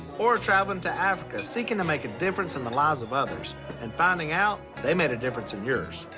or travelling to africa, seeking to make a difference in the lives of others and finding out they made a difference in yours.